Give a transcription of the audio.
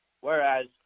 whereas